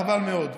חבל מאוד,